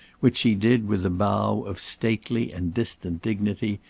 which she did with a bow of stately and distant dignity,